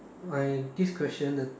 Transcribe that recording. my this question the